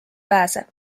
pääse